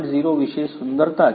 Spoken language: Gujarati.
0 વિશે સુંદરતા છે